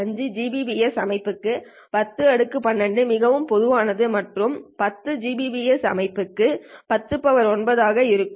5 Gbps அமைப்புக்கு 10 12 மிகவும் பொதுவானது மற்றும் 10 Gbps அமைப்புக்கு 10 9 ஆக இருக்கும்